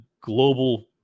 global